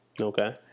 Okay